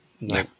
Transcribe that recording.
no